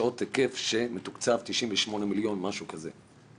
שעות היקף שמתוקצב ב-98 מיליון, משהו כזה.